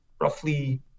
roughly